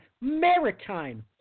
maritime